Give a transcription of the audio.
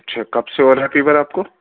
اچھا کب سے ہو رہا ہے فیور آپ کو